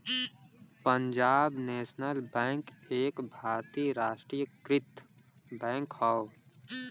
Punjab national bank एक भारतीय राष्ट्रीयकृत बैंक हौ